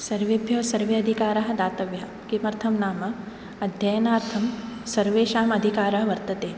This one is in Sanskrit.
सर्वेभ्यः सर्वे अधिकाराः दातव्यः किमर्थं नाम अध्ययनार्थं सर्वेषाम् अधिकारः वर्तते